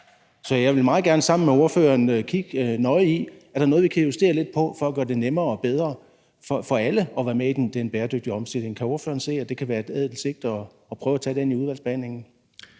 Så jeg vil meget gerne sammen med ordføreren kigge nøje efter, om der er noget, vi kan justere lidt, for at gøre det nemmere og bedre for alle at være med i den bæredygtige omstilling. Kan ordføreren se, at det kan være et ædelt sigte at prøve at sikre det i udvalgsbehandlingen?